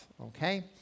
okay